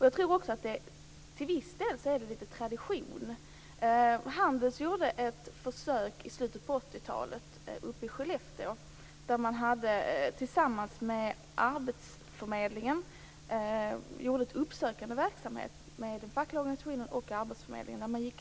Jag tror också att det till viss del är lite av tradition att man arbetar så. Handels gjorde ett försök i slutet av 80-talet i Skellefteå. Man genomförde uppsökande verksamhet tillsammans med de fackliga organisationerna och arbetsförmedlingen.